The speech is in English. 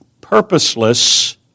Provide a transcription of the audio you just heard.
purposeless